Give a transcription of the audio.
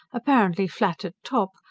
apparently flat at top,